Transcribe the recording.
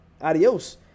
adios